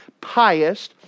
pious